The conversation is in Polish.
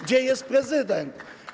Gdzie jest prezydent?